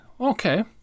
okay